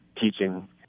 teaching